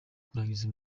kurangiza